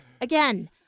Again